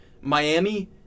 Miami